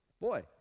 Boy